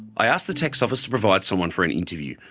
i asked the tax office to provide someone for an interview,